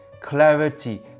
clarity